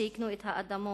שיקנו את האדמות,